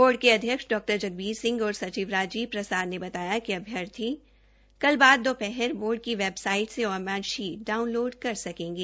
board के अध्यक्ष डा जगबीर सिंह और सचिव राजीव प्रसाद ने बताया कि अभ्यर्थी कल बाद दोपहर बोर्ड की वेबसाइट से ओएमआर डाउनलोड कर सकेंगे